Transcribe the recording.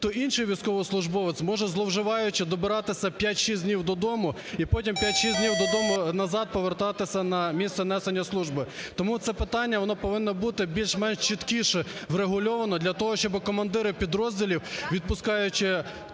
то інший військовослужбовець може, зловживаючи, добиратися 5-6 днів додому і потім 5-6 днів додому назад повертатися на місце несення служби. Тому це питання, воно повинно бути більш-менш чіткіше врегульовано для того, щоби командири підрозділів, відпускаючи